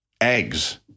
eggs